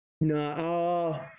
no